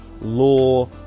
law